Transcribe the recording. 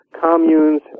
communes